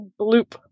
bloop